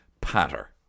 patter